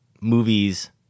movies